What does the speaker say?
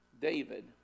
David